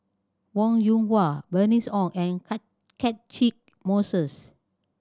Wong Yoon Wah Bernice Ong and Catchick Moses